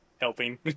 helping